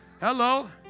Hello